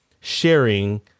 sharing